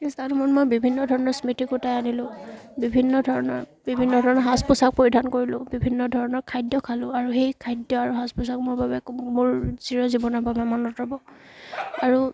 সেই স্থানসমূহত মই বিভিন্ন ধৰণৰ স্মৃতি গোটাই আনিলোঁ বিভিন্ন ধৰণৰ বিভিন্ন ধৰণৰ সাজ পোছাক পৰিধান কৰিলোঁ বিভিন্ন ধৰণৰ খাদ্য খালোঁ আৰু সেই খাদ্য আৰু সাজ পোছাক মোৰ বাবে মোৰ চিৰ জীৱনৰ বাবে মনত ৰ'ব আৰু